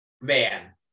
man